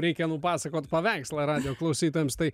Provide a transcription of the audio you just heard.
reikia nupasakot paveikslą radijo klausytojams tai